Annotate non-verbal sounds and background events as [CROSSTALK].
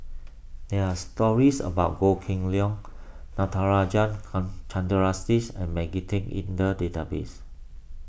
there are stories about Goh Kheng Long Natarajan Kan [UNINTELLIGIBLE] and Maggie Teng in the database